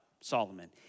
Solomon